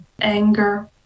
anger